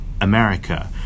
America